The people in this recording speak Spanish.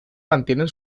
mantienen